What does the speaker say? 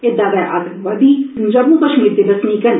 एह् दवै आतंकवादी जम्मू कश्मीर दे बसनीक न